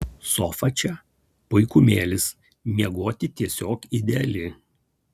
sofa čia puikumėlis miegoti tiesiog ideali